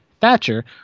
Thatcher